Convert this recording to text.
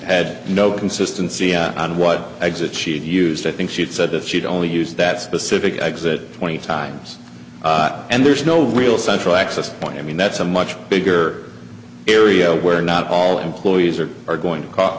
had no consistency on what exit she used i think she said that she'd only use that specific exit twenty times and there's no real central access point i mean that's a much bigger area where not all employees are are going to c